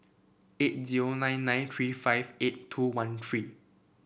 eight zero nine nine three five eight two one three